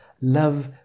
love